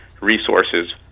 resources